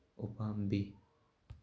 ꯎꯄꯥꯝꯕꯤ